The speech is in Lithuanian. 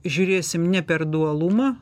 žiūrėsim ne per dualumą